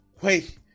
wait